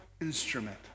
instrument